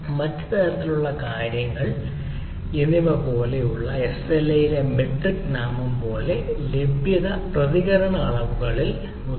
ലഭ്യത മറ്റ് തരത്തിലുള്ള കാര്യങ്ങൾ എന്നിവ പോലുള്ള എസ്എൽഎയിലെ മെട്രിക് നാമം പോലെയാണ് ലഭ്യത പ്രതികരണ അളവുകളിൽ ലഭ്യത